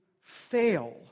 fail